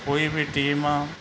ਕੋਈ ਵੀ ਟੀਮ ਆ